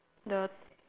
the